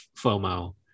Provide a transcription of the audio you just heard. FOMO